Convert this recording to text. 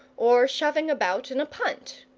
or shoving about in a punt!